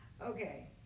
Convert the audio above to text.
okay